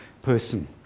person